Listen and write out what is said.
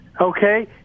Okay